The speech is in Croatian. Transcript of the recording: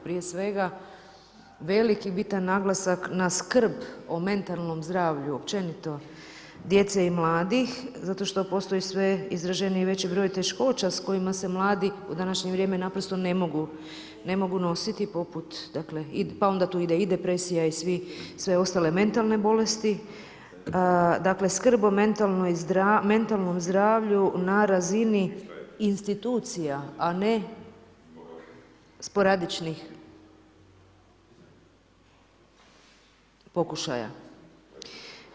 Prije svega, veliki i bitan naglasak na skrb o mentalnom zdravlju općenito djece i mladih, zato što postoji sve izraženiji i veći broj teškoća s kojima se mladi u današnje vrijeme naprosto ne mogu nositi, poput dakle, pa onda tu ide i depresija i sve ostale mentalne bolesti, dakle, skrb o mentalnom zdravlju na razini institucija, a ne sporadičnih pokušaja.